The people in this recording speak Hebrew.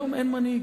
היום אין מנהיג.